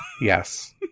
Yes